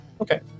Okay